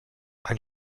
ein